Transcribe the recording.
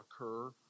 occur